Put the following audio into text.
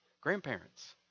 Grandparents